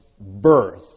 birth